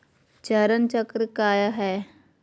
चरण चक्र काया है?